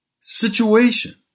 situation